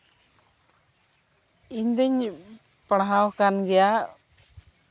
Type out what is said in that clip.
ᱤᱧ ᱫᱩᱧ ᱯᱟᱲᱦᱟᱣ ᱠᱟᱱ ᱜᱮᱭᱟ